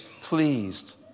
pleased